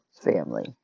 family